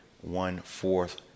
one-fourth